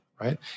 Right